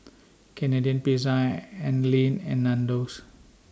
Canadian Pizza Anlene and Nandos